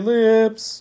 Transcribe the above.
lips